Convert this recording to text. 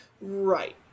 Right